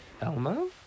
Elmo